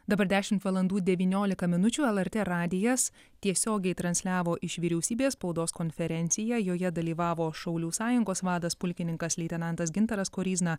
dabar dešimt valandų devyniolika minučių lrt radijas tiesiogiai transliavo iš vyriausybės spaudos konferenciją joje dalyvavo šaulių sąjungos vadas pulkininkas leitenantas gintaras koryzna